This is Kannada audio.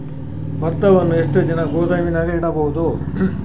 ಭತ್ತವನ್ನು ಎಷ್ಟು ದಿನ ಗೋದಾಮಿನಾಗ ಇಡಬಹುದು?